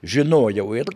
žinojau ir